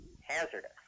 hazardous